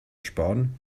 sparen